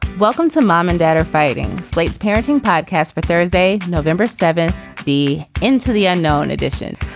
welcome to mom and dad are fighting slate's parenting podcast. but thursday november seven the into the unknown edition.